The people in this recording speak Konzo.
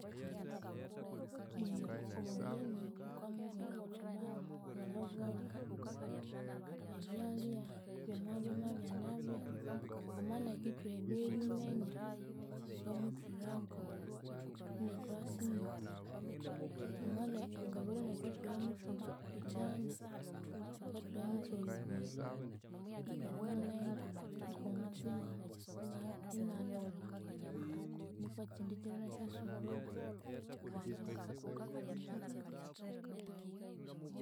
Eghe omugheni wukamubwira wuthi bwanu bolhobolho ebyalya byamabya byamabya nabi. Ama inakithuha ebeyi nyinene wukamuthwiraku inathuha sinyoho. Amana ingabere inakithuha mithwalu ithanu, akathuha mithwalu ibiri erimulemba nuku omuthima ina- inalhoba nuku ekyindi kyiru inasyasubulha